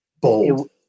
bold